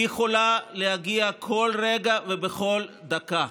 היא יכולה להגיע בכל רגע ובכל דקה,